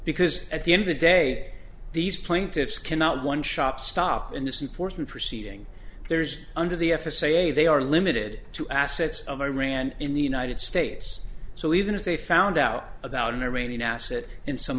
because at the end of the day these plaintiffs cannot one shop stop in this important proceeding there's under the f s a they are limited to assets of iran in the united states so even if they found out about an iranian asset in some